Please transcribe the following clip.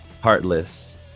Heartless